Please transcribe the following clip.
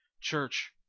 Church